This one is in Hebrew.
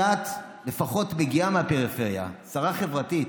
את לפחות מגיעה מהפריפריה, שרה חברתית,